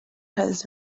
his